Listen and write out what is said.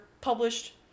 published